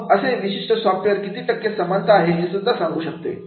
मग असे विशिष्ट सॉफ्टवेअर किती टक्के समानता आहे हे सुद्धा सांगू शकते